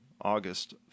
August